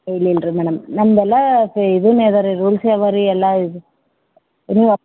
ಇಲ್ಲ ಇಲ್ಲ ರೀ ಮೇಡಮ್ ನಮ್ದು ಎಲ್ಲ ಪೆ ಇದೇ ಅದ ರೀ ರೂಲ್ಸೇ ಅವ ರೀ ಎಲ್ಲ ಇದು ನೀವು